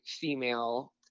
female